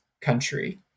country